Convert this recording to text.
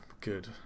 good